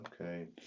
Okay